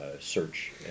search